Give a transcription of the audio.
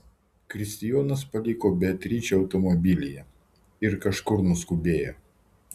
kristijonas paliko beatričę automobilyje ir kažkur nuskubėjo